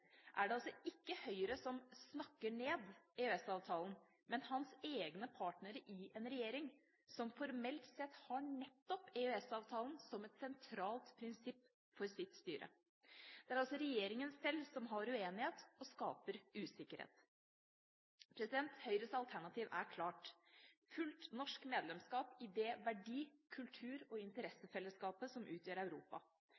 er det altså ikke Høyre som snakker ned EØS-avtalen, men hans egne partnere i en regjering som formelt sett nettopp har EØS-avtalen som et sentralt prinsipp for sitt styre. Det er altså regjeringa sjøl som har uenighet, og som skaper usikkerhet. Høyres alternativ er klart: Fullt norsk medlemskap i det verdi-, kultur-, og